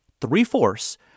three-fourths